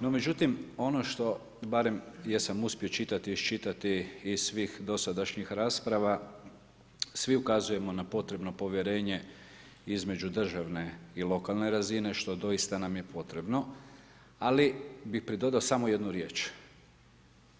No, međutim, ono što barem jesam uspio čitati iščitati iz svih dosadašnjih rasprava, svi ukazujemo na potrebno povjerenje, između državne i lokalne razine, što doista nam je potrebno, ali bih pridodao samo jednu riječ,